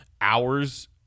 hours